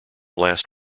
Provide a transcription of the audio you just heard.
last